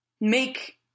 make